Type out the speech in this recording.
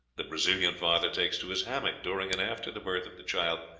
the brazilian father takes to his hammock during and after the birth of the child,